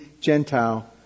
Gentile